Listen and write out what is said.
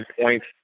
points